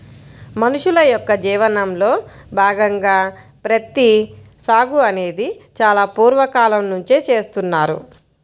మనుషుల యొక్క జీవనంలో భాగంగా ప్రత్తి సాగు అనేది చాలా పూర్వ కాలం నుంచే చేస్తున్నారు